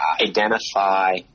identify